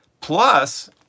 Plus